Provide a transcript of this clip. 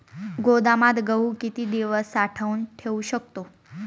गोदामात गहू किती दिवस साठवून ठेवू शकतो?